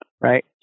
right